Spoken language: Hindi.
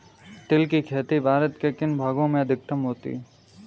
तिल की खेती भारत के किन भागों में अधिकतम होती है?